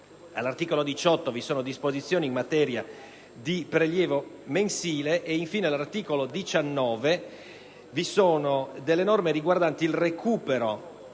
All'articolo 18 vi sono disposizioni in materia di prelievo mensile. Infine, l'articolo 19 prevede norme riguardanti il recupero